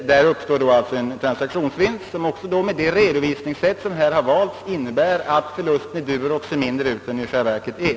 Där uppstod det en transaktionsvinst, som också med det redovisningssätt man här valt inne bär att förlusten i Durox ser mindre ut än vad den i själva verket är.